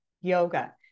yoga